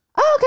okay